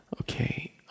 Okay